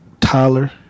tyler